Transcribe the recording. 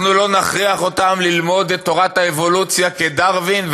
אנחנו לא נכריח אותם ללמוד את תורת האבולוציה כדרווין,